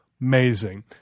Amazing